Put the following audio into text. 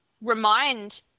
remind